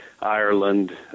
Ireland